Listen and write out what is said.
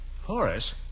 Horace